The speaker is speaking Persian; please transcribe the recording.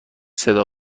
صدا